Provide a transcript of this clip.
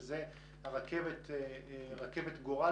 שזה רכבת גורל,